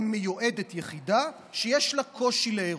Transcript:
אם מיועדת יחידה שיש לה קושי להרות.